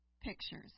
pictures